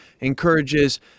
encourages